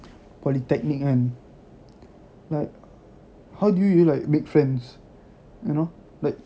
polytechnic kan like how do you like make friends you know like